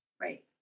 Right